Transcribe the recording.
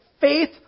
Faith